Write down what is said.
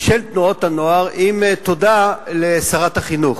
של תנועות הנוער, עם תודה לשרת החינוך.